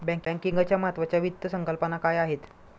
बँकिंगच्या महत्त्वाच्या वित्त संकल्पना काय आहेत?